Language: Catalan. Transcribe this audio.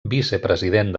vicepresident